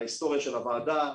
ההיסטוריה של הוועדה,